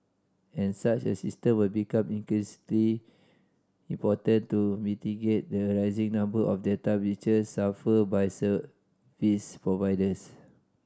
and such a system will become increasingly important to mitigate the rising number of data breaches suffered by service providers